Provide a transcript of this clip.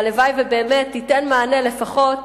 והלוואי שבאמת תיתן מענה לפחות